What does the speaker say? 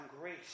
grace